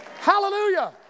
Hallelujah